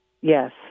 Yes